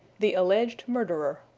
the alleged murderer.